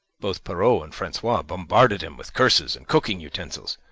both perrault and francois bombarded him with curses and cooking utensils,